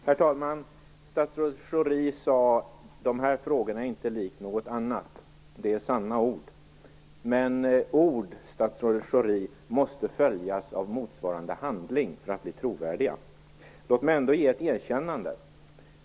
Herr talman! Statsrådet Schori sade att de här frågorna inte liknar något annat. Det är sanna ord, men ord måste följas av motsvarande handling för att bli trovärdiga, statsrådet Schori. Låt mig ändå ge ett erkännande.